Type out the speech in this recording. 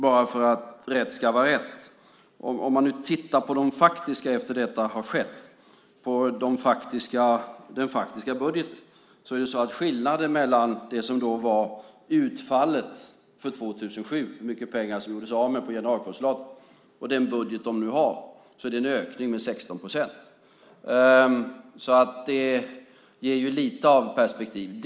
Bara för att rätt ska vara rätt: Om man tittar på det som faktiskt har skett efter detta, på den faktiska budgeten och på skillnaden mellan utfallet för 2007, hur mycket pengar det gjordes av med på generalkonsulatet då, och den budget de nu har, ser man att det är en ökning med 16 procent. Det ger lite perspektiv.